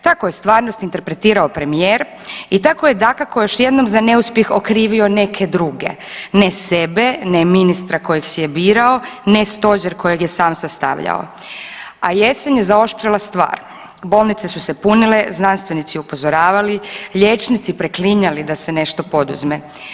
Tako je stvarnost interpretirao premijer i tako je dakako još jednom za neuspjeh okrivio neke druge, ne sebe, ne ministra kojeg si je birao, ne stožer kojeg je sam sastavljao, a jesen je zaoštrila stvar, bolnice su se punile, znanstvenici upozoravali, liječnici preklinjali da se nešto poduzme.